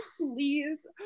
please